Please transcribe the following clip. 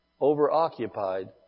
over-occupied